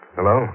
Hello